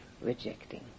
rejecting